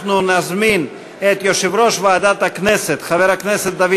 אנחנו נזמין את יושב-ראש ועדת הכנסת חבר הכנסת דוד